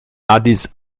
addis